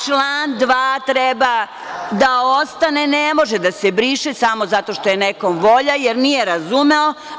Član 2. treba da ostane, ne može da se briše samo zato što je nekom volja, jer nije razumeo.